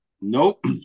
Nope